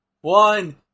One